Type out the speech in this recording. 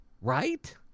Right